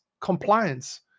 compliance